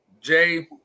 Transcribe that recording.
Jay